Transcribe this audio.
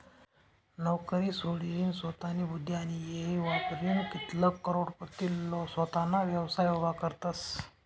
नवकरी सोडीनसोतानी बुध्दी आणि येय वापरीन कित्लाग करोडपती सोताना व्यवसाय उभा करतसं